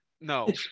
No